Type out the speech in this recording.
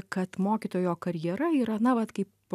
kad mokytojo karjera yra na vat kaip